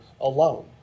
alone